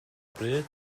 bryd